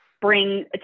bring